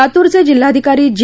लातूरचे जिल्हाधिकारी जी